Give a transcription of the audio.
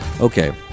Okay